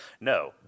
No